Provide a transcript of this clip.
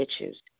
issues